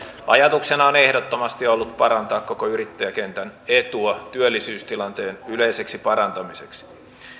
ajatuksena on ehdottomasti ollut parantaa koko yrittäjäkentän etua työllisyystilanteen yleiseksi parantamiseksi